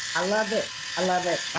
i love it i love it.